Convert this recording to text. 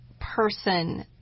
person